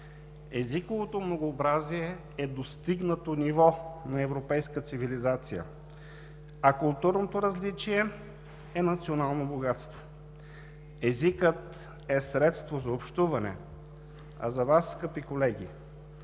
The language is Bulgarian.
езиковото многообразие е достигнато ниво на европейска цивилизация, а културното различие е национално богатство. Езикът е средство за общуване, а за Вас, скъпи колеги,